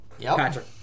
Patrick